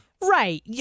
right